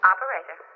Operator